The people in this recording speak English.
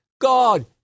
God